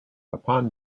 upon